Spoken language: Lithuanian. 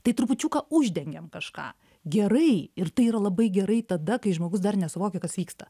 tai trupučiuką uždengiam kažką gerai ir tai yra labai gerai tada kai žmogus dar nesuvokia kas vyksta